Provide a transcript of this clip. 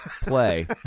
play